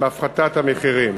בהפחתת המחירים.